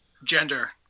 gender